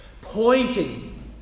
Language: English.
pointing